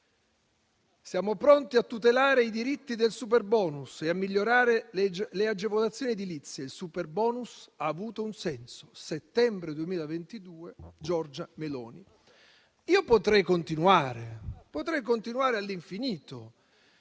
«Siamo pronti a tutelare i diritti del superbonus e a migliorare le agevolazioni edilizie. Il superbonus ha avuto un senso» (settembre 2022, Giorgia Meloni). Potrei continuare all'infinito,